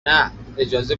نه، اجازه